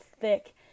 thick